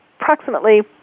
approximately